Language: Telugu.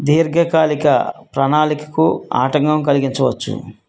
దీర్ఘకాలిక ప్రణాళికకు ఆటంకం కలిగించవచ్చు